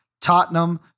Tottenham